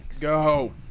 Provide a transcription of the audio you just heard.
Go